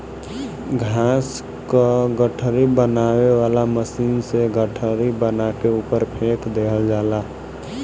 घास क गठरी बनावे वाला मशीन से गठरी बना के ऊपर फेंक देहल जाला